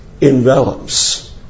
envelops